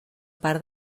part